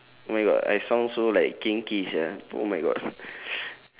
oh my god I sound so like kinky sia oh my god